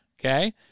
Okay